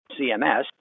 CMS